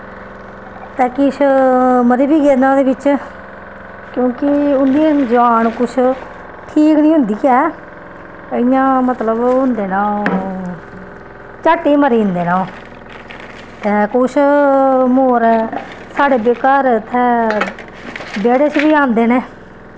ते किश मरी बी गे न ओह्दे बिच्च क्योंकि उं'दी जवान कुछ ठीक नी होंदी ऐ इ'यां मतलब होंदे न ओह् झट्ट गै मरी जंदे न ओह् ते कुछ मोर साढ़े इत्थें घर इत्थै बेह्ड़े च बी औंदे न